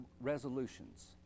resolutions